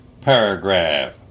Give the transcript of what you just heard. Paragraph